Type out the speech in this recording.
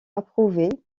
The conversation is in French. approuver